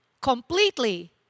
completely